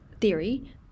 theory